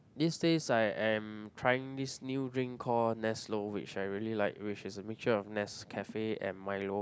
these days I am trying this new drink called Neslo which I really like which is a mixture of Nescafe and Milo